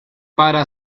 para